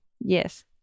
Yes